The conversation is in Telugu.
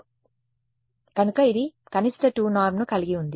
2 నార్మ్ కనుక ఇది కనిష్ట 2 నార్మ్ ను కలిగి ఉంది